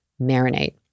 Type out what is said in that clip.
marinate